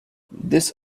this